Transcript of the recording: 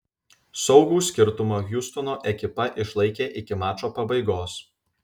saugų skirtumą hjustono ekipa išlaikė iki mačo pabaigos